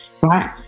right